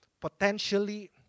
potentially